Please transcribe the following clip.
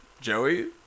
Joey